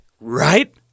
right